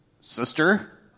Sister